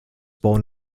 born